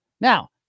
Now